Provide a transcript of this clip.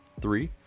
Three